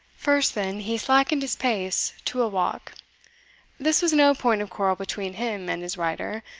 first, then, he slackened his pace to a walk this was no point of quarrel between him and his rider,